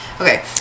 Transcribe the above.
Okay